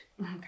okay